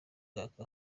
mwaka